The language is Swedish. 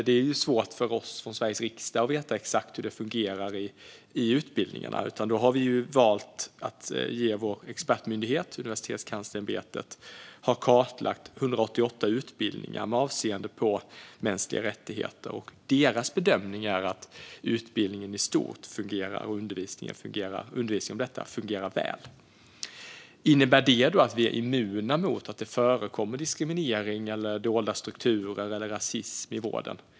Det är svårt för oss i Sveriges riksdag att veta exakt hur det fungerar i utbildningarna. Vi har valt att låta vår expertmyndighet, Universitetskanslersämbetet, kartlägga 188 utbildningar med avseende på mänskliga rättigheter. Deras bedömning är att utbildningen och undervisningen om detta i stort fungerar väl. Innebär detta att vi är immuna mot förekomst av diskriminering, dolda strukturer eller rasism i vården?